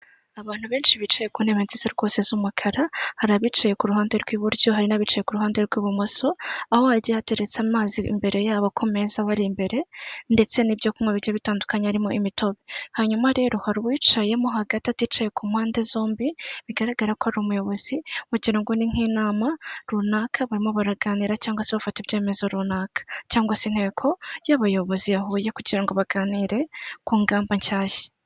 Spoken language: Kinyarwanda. Ku mupira wa kizimyamoto wifashishwa mu gihe habaye inkongi y'umuriro, uba uri ahantu runaka hahurira abantu benshi nko mu masoko, mu mavuriro ndetse no mu ma sitade, uyu mupira wifashishwa ubusukira amazi bitewe n'ahantu inkongi y'umuriro iri.